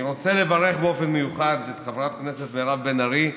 אני רוצה לברך באופן מיוחד את חברת הכנסת מירב בן ארי,